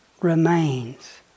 remains